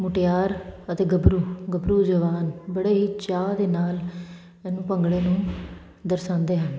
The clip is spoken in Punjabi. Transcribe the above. ਮੁਟਿਆਰ ਅਤੇ ਗੱਭਰੂ ਗੱਭਰੂ ਜਵਾਨ ਬੜੇ ਹੀ ਚਾਅ ਦੇ ਨਾਲ ਇਹਨੂੰ ਭੰਗੜੇ ਨੂੰ ਦਰਸਾਉਂਦੇ ਹਨ